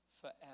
forever